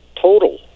total